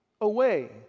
away